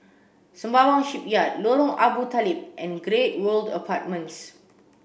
Sembawang Shipyard Lorong Abu Talib and Great World Apartments